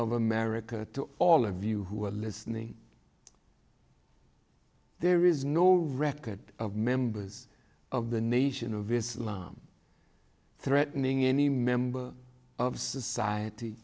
of america to all of you who are listening there is no record of members of the nation of islam threatening any member of society